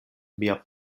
mia